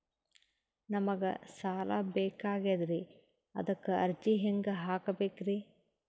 ನಮಗ ಸಾಲ ಬೇಕಾಗ್ಯದ್ರಿ ಅದಕ್ಕ ಅರ್ಜಿ ಹೆಂಗ ಹಾಕಬೇಕ್ರಿ?